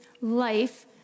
life